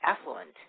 affluent